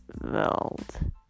world